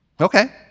Okay